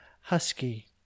husky